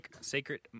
sacred